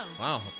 Wow